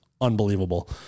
unbelievable